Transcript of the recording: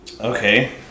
Okay